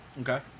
Okay